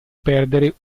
perdere